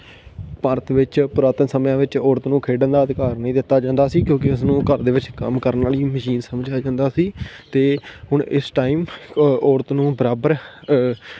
ਭਾਰਤ ਵਿੱਚ ਪੁਰਾਤਨ ਸਮਿਆਂ ਵਿੱਚ ਔਰਤ ਨੂੰ ਖੇਡਣ ਦਾ ਅਧਿਕਾਰ ਨਹੀਂ ਦਿੱਤਾ ਜਾਂਦਾ ਸੀ ਕਿਉਂਕਿ ਉਸ ਨੂੰ ਘਰ ਦੇ ਵਿੱਚ ਕੰਮ ਕਰਨ ਵਾਲੀ ਮਸ਼ੀਨ ਸਮਝਿਆ ਜਾਂਦਾ ਸੀ ਅਤੇ ਹੁਣ ਇਸ ਟਾਇਮ ਔਰਤ ਨੂੰ ਬਰਾਬਰ